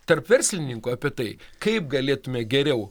tarp verslininkų apie tai kaip galėtume geriau